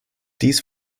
dies